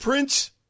Prince